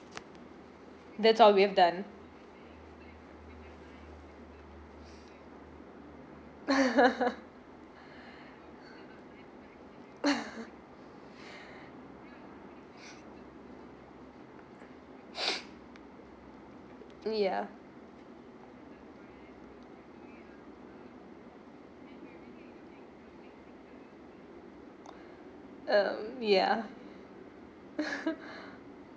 that's all we have done yeah um yeah